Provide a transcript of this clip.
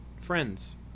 friends